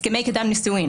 הסכמי קדם נישואים,